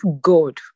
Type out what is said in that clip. God